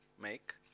make